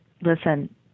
listen